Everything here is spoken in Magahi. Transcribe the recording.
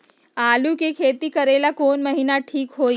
आलू के खेती करेला कौन महीना ठीक होई?